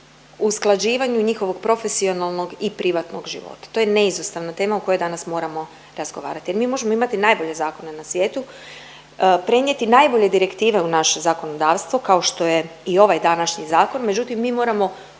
u usklađivanju njihovog profesionalnog i privatnog života. To je neizostavna tema o kojoj danas moramo razgovarati. Jer mi možemo imati najbolje zakone na svijetu, prenijeti najbolje direktive u naše zakonodavstvo, kao što je i ovaj današnji zakon međutim mi moramo